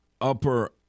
upper